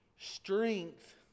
strength